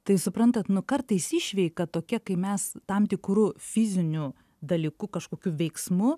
tai suprantat nu kartais išveika tokia kai mes tam tikru fiziniu dalyku kažkokiu veiksmu